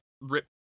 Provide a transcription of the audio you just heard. rip